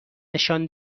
نشان